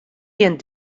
gjin